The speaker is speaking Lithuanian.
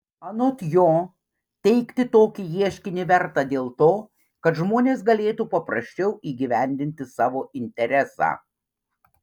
anot jo teikti tokį ieškinį verta dėl to kad žmonės galėtų paprasčiau įgyvendinti savo interesą